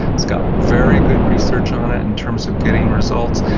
it's got very good research on it in terms of getting results,